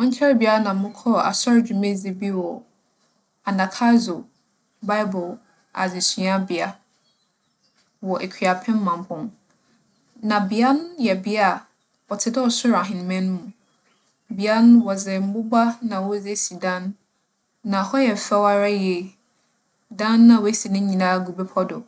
ͻnnkyɛree biara na mokͻr asͻr dwumadzi bi wͻ Anagkazo Baebor adzesuabea wͻ Ekuapem Mampong. Na bea no yɛ bea a, ͻtse dɛ ͻsor ahenman mu. Bea no, wͻdze mbobaa na wͻdze esi dan. Na hͻ yɛ fɛw ara yie. Dan no a woesi no nyina gu bepͻ do.